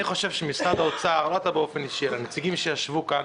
אני חושב שמשרד האוצר לא אתה באופן אישי אבל נציגים שישבו כאן